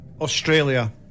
Australia